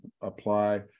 apply